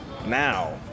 now